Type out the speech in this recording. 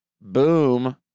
boom